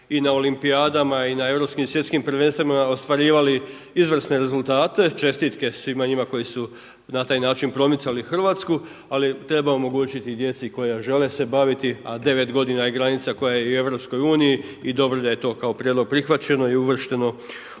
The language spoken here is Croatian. i na olimpijadama i na europskim i svjetskim prvenstvima ostvarivali izvrsne rezultate. Čestitke svima njima koji su na taj način promicali Hrvatski. Ali treba omogućiti i djeci koja žele se baviti, a 9 godina je granica koja je u Europskoj uniji i dobro je da je to kao prijedlog prihvaćeno i uvršteno